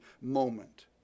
moment